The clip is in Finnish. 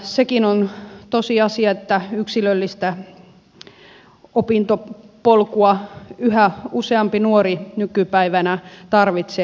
sekin on tosiasia että yksilöllistä opintopolkua yhä useampi nuori nykypäivänä tarvitsee